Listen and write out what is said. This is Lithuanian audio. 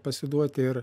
pasiduoti ir